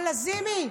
אבל לזימי,